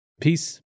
Peace